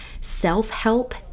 self-help